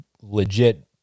legit